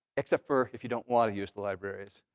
except for if you don't want to use the libraries.